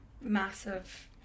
massive